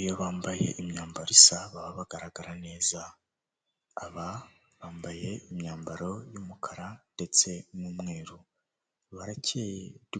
Iyo abayobozi basoje inama bari barimo hari ahantu habugenewe bahurira bakiga ku myanzuro yafashwe ndetse bakanatanga n'umucyo